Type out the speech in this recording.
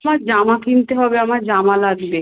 হ্যাঁ জামা কিনতে হবে আমার জামা লাগবে